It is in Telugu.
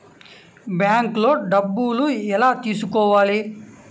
బ్యాంక్లో డబ్బులు ఎలా తీసుకోవాలి?